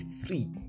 three